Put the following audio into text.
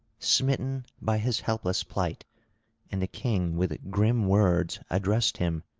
smitten by his helpless plight and the king with grim words addressed him,